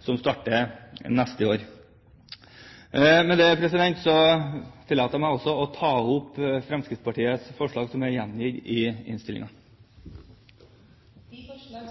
som starter neste år. Med det tillater jeg meg å ta opp Fremskrittspartiets forslag som er gjengitt i innstillingen.